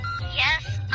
Yes